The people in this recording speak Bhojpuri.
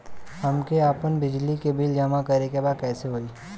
हमके आपन बिजली के बिल जमा करे के बा कैसे होई?